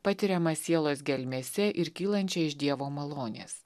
patiriamas sielos gelmėse ir kylančią iš dievo malonės